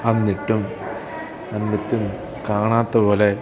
എന്നിട്ടും എന്നിട്ടും കാണാത്ത പോലെ